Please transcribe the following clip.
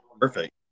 Perfect